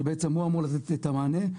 שבעצם הוא אמור לתת את המענה.